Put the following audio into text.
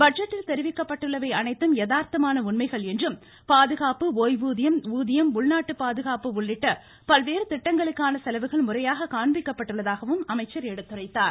பட்ஜெட்டில் தெரிவிக்கப்பட்டுள்ளவை அனைத்தும் யதார்த்தமான உண்மைகள் என்றும் பாதுகாப்பு ஓய்வூதியம் ஊதியம் உள்நாட்டு பாதுகாப்பு உள்ளிட்ட பல்வேறு திட்டங்களுக்கான செலவுகள் முறையாக காண்பிக்கப்பட்டுள்ளதாகவும் எடுத்துரைத்தார்